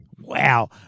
Wow